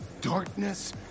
Darkness